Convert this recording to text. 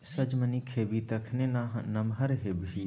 सजमनि खेबही तखने ना नमहर हेबही